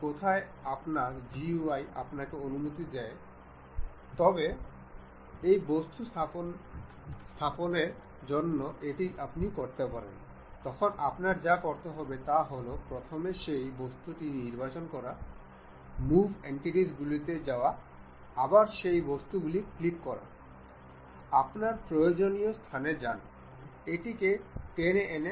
এখন screw mate dialogue বক্সে আমরা দেখতে পাব যে আমাদের বোল্টের এই অক্ষটি নির্বাচন করতে হবে এবং এই নাটের অক্ষটিও সারিবদ্ধ করতে হবে